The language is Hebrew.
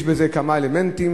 יש בזה כמה אלמנטים.